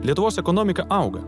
lietuvos ekonomika auga